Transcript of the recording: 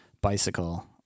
bicycle